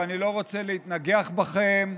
ואני לא רוצה להתנגח בכם,